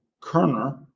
Kerner